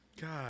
god